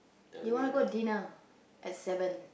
they wanna go dinner at seven